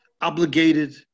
obligated